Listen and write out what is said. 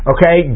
Okay